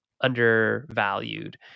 undervalued